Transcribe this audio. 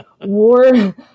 War